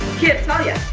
can't tell ya. hmm.